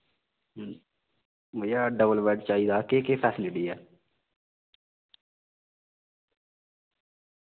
भैया double bed चाहिदा केह् केह् फैसिलिटी ऐ